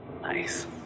Nice